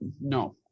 No